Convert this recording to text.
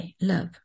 love